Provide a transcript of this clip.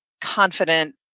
confident